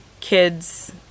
kids